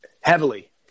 Heavily